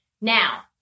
Now